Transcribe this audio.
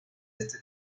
este